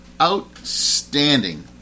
Outstanding